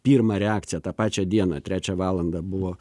pirmą reakciją tą pačią dieną trečią valandą buvo